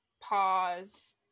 Pause